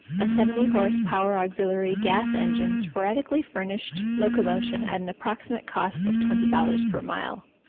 a seventy-horse power auxiliary gas-engine sporadically furnished locomotion at an approximate cost of twenty dollars per mile.